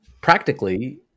Practically